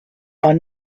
are